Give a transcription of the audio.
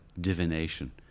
divination